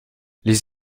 les